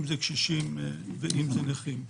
אם זה קשישים ואם זה נכים.